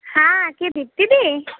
হ্যাঁ কে দৃপ্তি দি